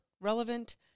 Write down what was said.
relevant